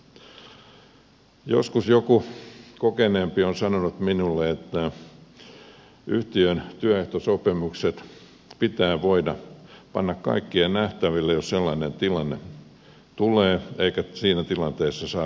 joskus joku kokeneempi on sanonut minulle että yhtiön työehtosopimukset pitää voida panna kaikkien nähtäville jos sellainen tilanne tulee eikä siinä tilanteessa saa sitten hävetä